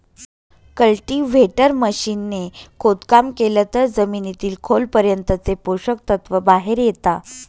cultivator machine ने खोदकाम केलं तर जमिनीतील खोल पर्यंतचे पोषक तत्व बाहेर येता